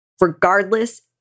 Regardless